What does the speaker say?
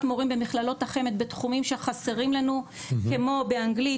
מורים במכללות החמ"ד בתחומים שחסרים לנו כמו באנגלית,